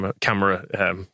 Camera